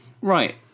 Right